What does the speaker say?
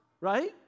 right